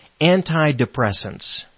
antidepressants